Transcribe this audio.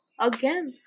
again